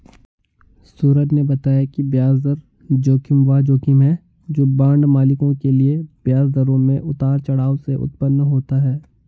सूरज ने बताया कि ब्याज दर जोखिम वह जोखिम है जो बांड मालिकों के लिए ब्याज दरों में उतार चढ़ाव से उत्पन्न होता है